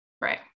Right